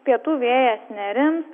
pietų vėjas nerims